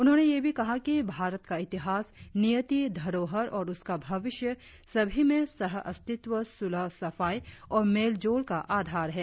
उन्होंने यह भी कहा कि भारत का इतिहास नियति धरोहर और उसका भविष्य सभी में सह अस्तित्व सुलह सफाई और मेलजोल का आधार है